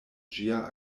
ĝia